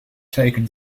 taken